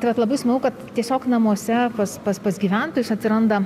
tai vat labai smagu kad tiesiog namuose pas pas pas gyventojus atsiranda